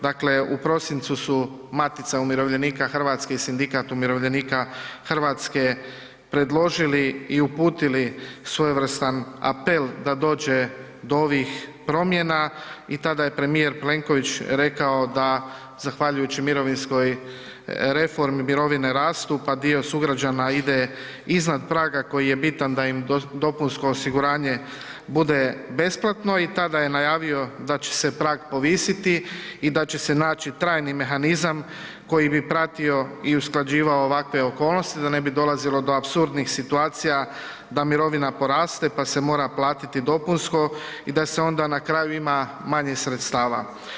Dakle, u prosincu je Matica umirovljenika Hrvatske i Sindikat umirovljenika Hrvatske predložili i uputili svojevrstan apel da dođe do ovih promjena i tada je premijer Plenković rekao da zahvaljujući mirovinskoj reformi mirovine rastu pa dio sugrađana ide iznad praga koji je bitan da im DZO bude besplatno i tada je najavio da će se prag povisiti i da će se naći trajni mehanizam koji bi pratio i usklađivao ovakve okolnosti, da ne bi dolazilo do apsurdnih situacija da mirovina poraste pa se mora platiti dopunsko i da se onda na kraju ima manje sredstava.